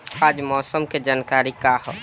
आज मौसम के जानकारी का ह?